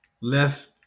left